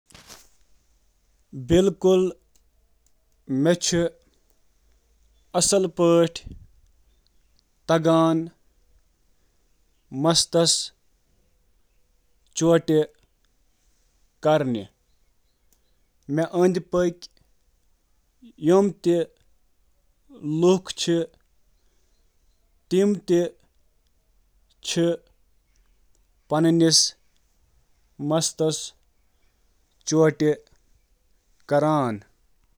آ، واریٛاہ لوٗکھ چھِ زانان زِ مَس کِتھ کٔنۍ چھُ ژٹُن۔ یہِ چھِ اکھ عام ہُنَر، تہٕ ثقافت تہٕ ذٲتی اندازَس پٮ۪ٹھ منحصر، اسہِ أنٛدۍ پٔکھۍ لوٗکھ ہٮ۪کَن پنٕنۍ مَس واریٛاہ لَٹہِ ژٔٹِتھ، چاہے یہِ عام شکلہِ خٲطرٕ آسہِ یا کُنہِ خاص موقعہٕ خٲطرٕ۔